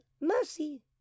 mercy